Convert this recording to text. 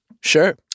Sure